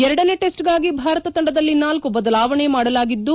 ಎರಡನೇ ಟೆಸ್ಟ್ಗಾಗಿ ಭಾರತ ತಂಡದಲ್ಲಿ ನಾಲ್ಕ ಬದಲಾವಣೆ ಮಾಡಲಾಗಿದ್ದು